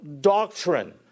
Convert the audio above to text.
doctrine